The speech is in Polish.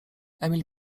emil